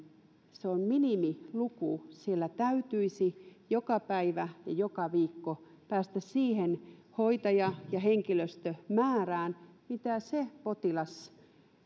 se minimiluku siellä täytyisi joka päivä ja joka viikko päästä siihen hoitaja ja henkilöstömäärään mitä se potilas